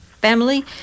family